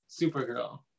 Supergirl